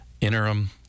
interim